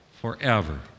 Forever